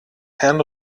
herrn